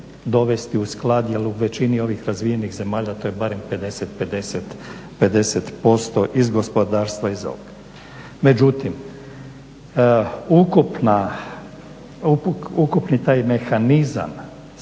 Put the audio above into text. dovesti u sklad jer u većini ovih razvijenih zemalja to je barem 50-50, 50% iz gospodarstva iz ovog. Međutim, ukupni taj mehanizam